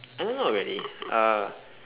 I mean not really uh